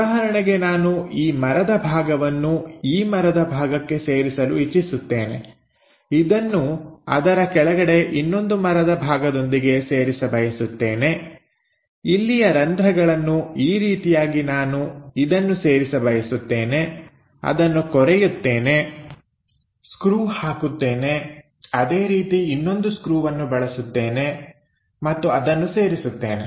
ಉದಾಹರಣೆಗೆ ನಾನು ಈ ಮರದ ಭಾಗವನ್ನು ಈ ಮರದ ಭಾಗಕ್ಕೆ ಸೇರಿಸಲು ಇಚ್ಚಿಸುತ್ತೇನೆ ಇದನ್ನು ಅದರ ಕೆಳಗಡೆಯಲ್ಲಿ ಇನ್ನೊಂದು ಮರದ ಭಾಗದೊಂದಿಗೆ ಸೇರಿಸ ಬಯಸುತ್ತೇನೆ ಇಲ್ಲಿಯ ರಂಧ್ರಗಳನ್ನು ಈ ರೀತಿಯಾಗಿ ನಾನು ಇದನ್ನು ಸೇರಿಸ ಬಯಸುತ್ತೇನೆ ಅದನ್ನು ಕೊರೆಯುತ್ತೇನೆ ಸ್ಕ್ರೂ ಹಾಕುತ್ತೇನೆ ಅದೇ ರೀತಿ ಇನ್ನೊಂದು ಸ್ಕ್ರೂವನ್ನು ಬಳಸುತ್ತೇನೆ ಮತ್ತು ಅದನ್ನು ಸೇರಿಸುತ್ತೇನೆ